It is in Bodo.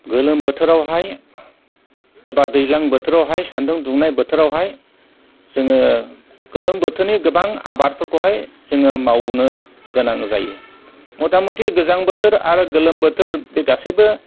गोलोम बोथोरावहाय एबा दैज्लां बोथोरावहाय सान्दुं दुंनाय बोथोरावहाय जोङो गोलोम बोथोरनि गोबां आबादफोरखौहाय मावनो गोनां जायो मथामथि गोजां बोथोर आरो गोलोम बोथोर बे गासैबो